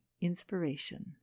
Inspiration